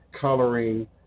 coloring